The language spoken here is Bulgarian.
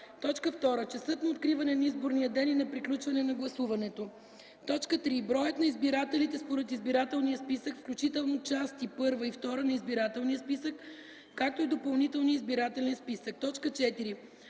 лица; 2. часът на откриване на изборния ден и на приключване на гласуването; 3. броят на избирателите според избирателния списък, включително части І и ІІ на избирателния списък, и допълнителния избирателен списък; 4.